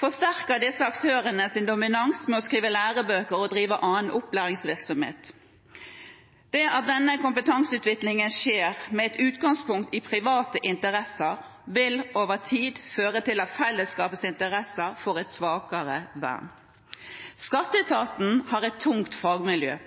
forsterker disse aktørene sin dominans ved å skrive lærebøker og drive annen opplæringsvirksomhet. Det at denne kompetanseutviklingen skjer med et utgangspunkt i private interesser, vil over tid føre til at fellesskapets interesser får et svakere vern. Skatteetaten har et tungt fagmiljø,